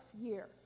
year